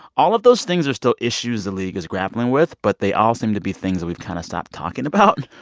all of those things are still issues the league is grappling with, but they all seem to be things that we've kind of stopped talking about.